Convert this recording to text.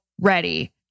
ready